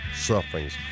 sufferings